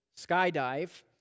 skydive